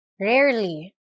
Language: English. Rarely